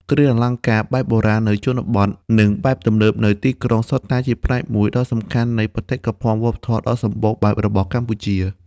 ទាំងគ្រឿងអលង្ការបែបបុរាណនៅជនបទ និងបែបទំនើបនៅទីក្រុង សុទ្ធតែជាផ្នែកមួយដ៏សំខាន់នៃបេតិកភណ្ឌវប្បធម៌ដ៏សម្បូរបែបរបស់កម្ពុជា។